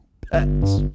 Pets